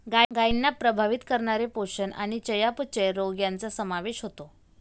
गायींना प्रभावित करणारे पोषण आणि चयापचय रोग यांचा समावेश होतो